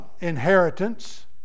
inheritance